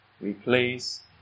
replace